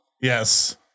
Yes